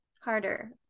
harder